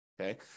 okay